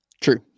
True